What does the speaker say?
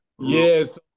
yes